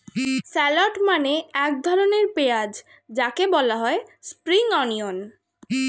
shallot মানে এক ধরনের পেঁয়াজ যাকে বলা হয় স্প্রিং অনিয়ন